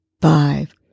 five